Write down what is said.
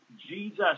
Jesus